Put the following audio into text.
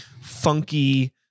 funky